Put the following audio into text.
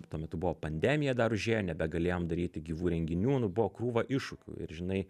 tuo metu buvo pandemija dar užėjo nebegalėjom daryti gyvų renginių nu buvo krūva iššūkių ir žinai